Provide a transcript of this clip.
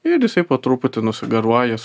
ir jisai po truputį nusigaruoja jie